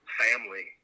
family